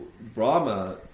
Brahma